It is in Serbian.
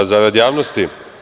Zarad javnosti.